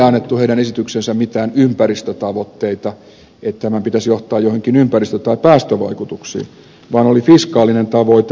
ei heidän esitykseensä annettu mitään ympäristötavoitteita että tämän pitäisi johtaa joihinkin ympäristö tai päästövaikutuksiin vaan heillä oli fiskaalinen tavoite